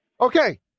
Okay